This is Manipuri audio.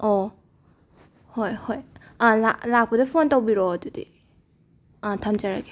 ꯑꯣ ꯍꯣꯏ ꯍꯣꯏ ꯑꯥ ꯂꯥ ꯂꯥꯛꯄꯗ ꯐꯣꯟ ꯇꯧꯕꯤꯔꯛꯑꯣ ꯑꯗꯨꯗꯤ ꯑꯥ ꯊꯝꯖꯔꯒꯦ